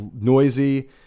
noisy